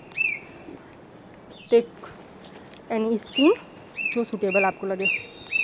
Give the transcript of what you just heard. any stream जो suitable आपको लगे